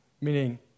Meaning